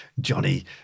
Johnny